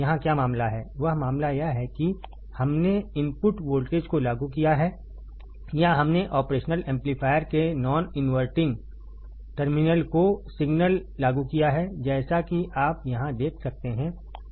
यहाँ क्या मामला है वह मामला यह है कि हमने इनपुट वोल्टेज को लागू किया है या हमने ऑपरेशनल एम्पलीफायर के नॉनवर्टिंग टर्मिनल को सिग्नल लागू किया है जैसा कि आप यहां देख सकते हैं